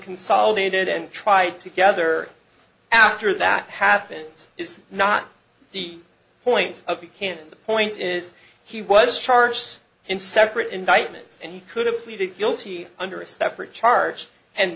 consolidated and tried together after that happens is not the point of the can't the point is he was charged in separate indictments and could have pleaded guilty under a separate charge and